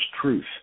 truth